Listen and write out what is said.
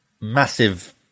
massive